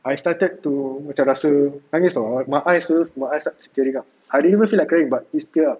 I started to macam rasa nangis [tau] like my eyes my eyes starts tearing up I didn't even feel like crying but it tears up